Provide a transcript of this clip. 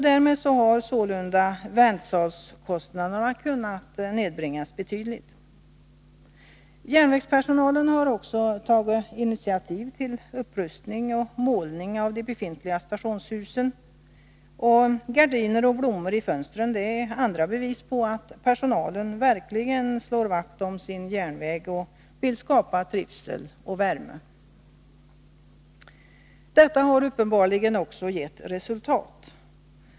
Därmed har väntsalskostnaderna kunnat nedbringas betydligt. Järnvägspersonalen har också tagit initiativ till upprustning och målning av de befintliga stationshusen, och gardiner och blommor i fönstren är andra bevis på att personalen verkligen slår vakt om sin järnväg och vill skapa trivsel och värme. Detta har uppenbarligen gett resultat.